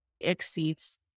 exceeds